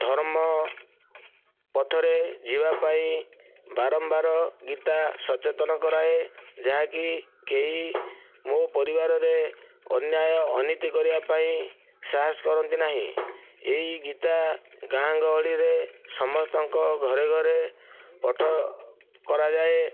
ଧର୍ମ ପଥରେ ଯିବାପାଇଁ ବାରମ୍ବାର ଗୀତା ସଚେତନ କରାଏ ଯାହାକି କେହି ମୋ ପରିବାରରେ ଅନ୍ୟାୟ ଅନୀତି କରିବାପାଇଁ ସାହସ କରନ୍ତି ନାହିଁ ଏଇ ଗୀତା ଗାଁ ଗହଳିରେ ସମସ୍ତଙ୍କ ଘରେ ଘରେ ପାଠ କରାଯାଏ